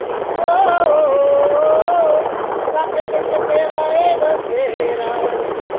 ओ सुआंखे बिच तेरा ऐ बसेरा